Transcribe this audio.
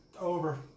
Over